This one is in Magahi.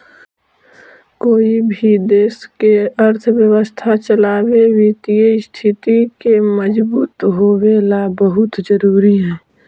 कोई भी देश के अर्थव्यवस्था चलावे वित्तीय स्थिति के मजबूत होवेला बहुत जरूरी हइ